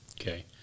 Okay